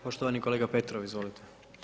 Poštovani kolega Petrov, izvolite.